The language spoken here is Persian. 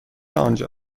آنجا